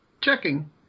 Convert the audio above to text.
checking